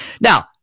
Now